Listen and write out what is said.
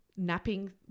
napping